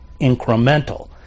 incremental